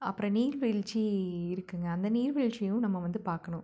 அப்புறம் நீர்வீழ்ச்சி இருக்குங்க அந்த நீர்வீழ்ச்சியும் நம்ம வந்து பார்க்கணும்